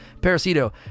Parasito